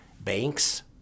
Banks